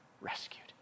rescued